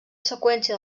seqüència